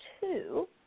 two